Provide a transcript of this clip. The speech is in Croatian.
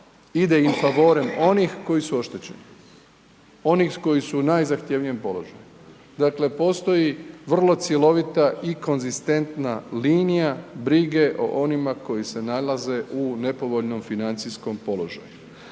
ide in favorem onih koji su oštećeni, onih koji su u najzahtjevnijem položaju, dakle postoji vrlo cjelovita i konzistentna linija brige o onima koji se nalaze u nepovoljnom financijskom položaju.